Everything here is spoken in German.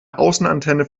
außenantenne